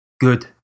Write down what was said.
good